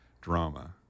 drama